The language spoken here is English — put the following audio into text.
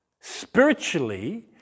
spiritually